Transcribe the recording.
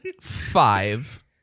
Five